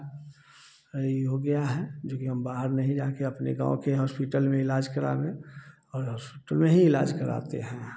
कहीं हो गया है जोकि हम बाहर नहीं जाके अपने गाँव के हॉस्पिटल में इलाज करावे और हॉस्पिटल में ही इलाज कराते हैं हाँ